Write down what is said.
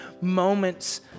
moments